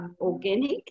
organic